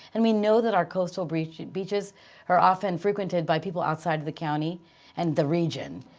and we know that our coastal breached beaches are often frequented by people outside of the county and the region.